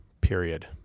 period